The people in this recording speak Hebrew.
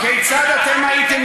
כיצד אתם הייתם